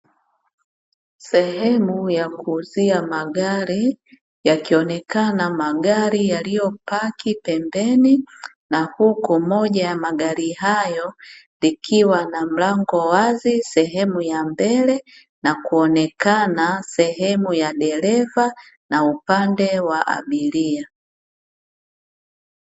Sehemu ya kuuzia magari, yakionekana magari yaliyopaki pembeni, na huku moja ya magari hayo likiwa na mlango wazi sehemu ya mbele, na kuonekana sehemu ya dereva na upande wa abiria.